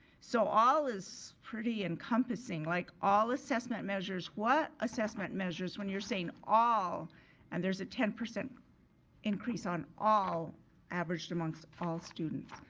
so all is pretty encompassing. like, all assessment measures. what assessment measures? when you're saying all and there's a ten percent increase on all averaged amongst all students.